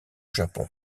japon